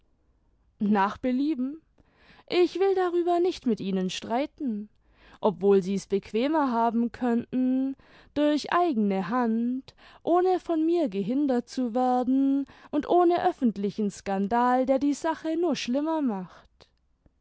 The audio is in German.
nach belieben ich will darüber nicht mit ihnen streiten obwohl sie's bequemer haben könnten durch eigene hand ohne von mir gehindert zu werden und ohne öffentlichen skandal der die sache nur schlimmer macht